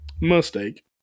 Mistake